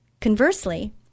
Conversely